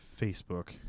Facebook